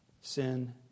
sin